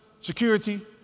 security